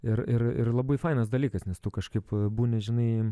ir ir ir labai fainas dalykas nes tu kažkaip būni žinai